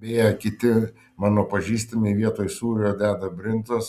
beje kiti mano pažįstami vietoj sūrio deda brinzos